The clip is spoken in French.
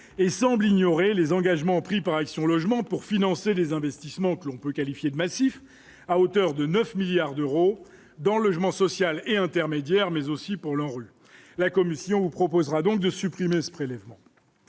et semble ignorer les engagements pris par Action logement pour financer des investissements que l'on peut qualifier de massif à hauteur de 9 milliards d'euros dans le logement social et intermédiaire, mais aussi pour l'ANRU la commission vous proposera donc de supprimer ce prélèvement